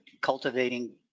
cultivating